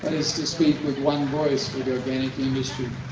is to speak with one voice for the organic industry.